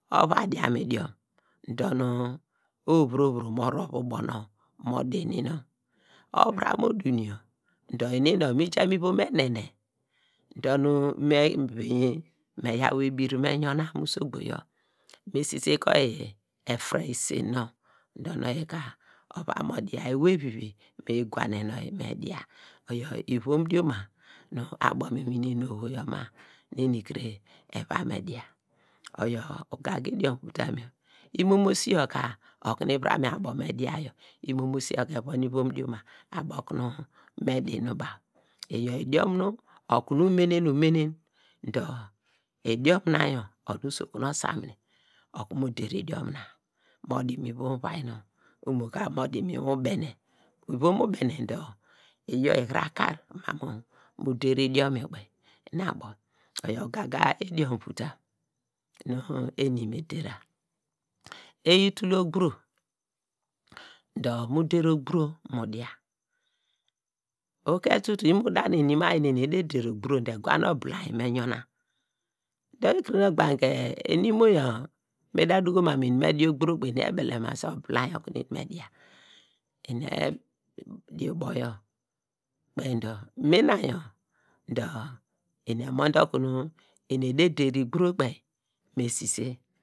Ivom ova diam mu idiom dor nu owei vire owei mo towve ubo nonw mo di inu num me jaa mu enene dor nu me vainye me yaw ebir meyona mu usogbo yor me sise ke oyin efere isen nonw dor nu oyi ka ova mo dia, ewey vi vi me yi gwane nu oyi me dia oyor ivom dioma nu abo mu inwin neni onu oho yor nu eni kire eva me dia, oyor ka, okunu ivuram yor abo okunu me dia, oyor ugaga idiom vutam yor, imomosi yor ka, okunu ivuram yor abo okunu me dia yor, imomosi ka evon ivom dioma abo okunu me di inu baw, iyor idiom nu okunu umenen umenen dor idiom na yor onu usokun osamine okunu mo der idiom na mo di mu wom uvai nonw imo ka modi mu ubene, uvom ubene dor iyor ihrar kar ma mu, mu der idiom kpeyi nu abo oyor ugaga idiom vutam nu eni nu der ra, eyi tul ogburo dor mu der ogburo mu dia, uke tutu imo da neni nu imo ayi neni eder der ogburo dor egwa ibilainy me yun na dor, ekune nu ogbakini eni imo yor me da doku ma mu eni me di ogburo yor kpei, eni ebelem se ibilainy yor dia eni ede ubo yor kpeiny dor mina yor dor eni emonde okunu eni ede der igburo kpei me sise.